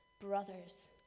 brothers